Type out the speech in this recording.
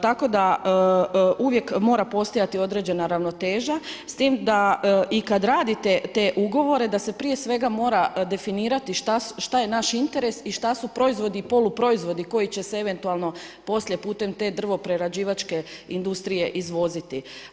Tako da, uvijek mora postojati određena ravnoteža, s tim da i kada radite te ugovore, da se prije svega mora definirati što je naš interes i šta su proizvodi i poluproizvodi, koji će se eventualno poslije putem te drvoprerađivačke industrije izvoziti.